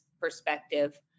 perspective